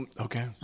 Okay